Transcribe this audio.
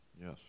Yes